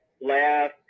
laugh